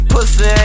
Pussy